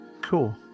Cool